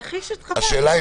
השאלה,